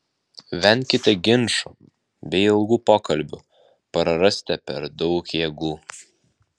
venkite ginčų bei ilgų pokalbių prarasite per daug jėgų